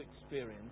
experience